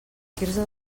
quirze